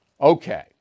Okay